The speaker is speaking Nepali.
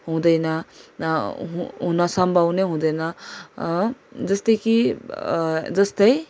हुँदैन हुँ हुन सम्भव नै हुँदैन जस्तै कि जस्तै